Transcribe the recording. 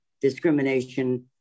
discrimination